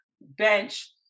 bench